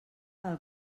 del